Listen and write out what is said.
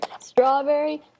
Strawberry